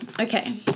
Okay